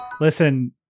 Listen